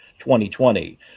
2020